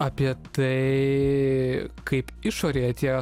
apie tai kaip išorėje tie